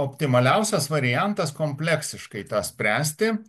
optimaliausias variantas kompleksiškai tą spręsti